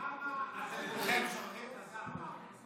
למה אתם כולכם שוכחים את השר עמאר?